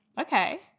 Okay